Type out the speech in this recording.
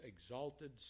exalted